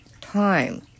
time